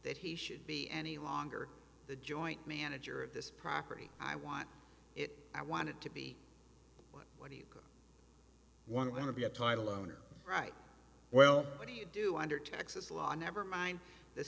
that he should be any longer the joint manager of this property i want it i want it to be what do you i want to be a title owner right well what do you do under texas law never mind